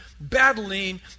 battling